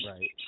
Right